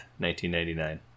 1999